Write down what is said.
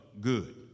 good